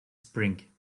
spring